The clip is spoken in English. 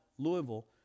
Louisville